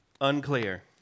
unclear